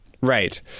right